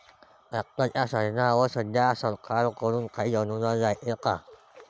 ट्रॅक्टरच्या साधनाईवर सध्या सरकार कडून काही अनुदान रायते का?